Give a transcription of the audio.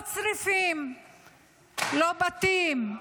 לא צריפים, לא בתים,